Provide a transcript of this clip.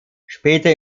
später